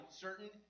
certain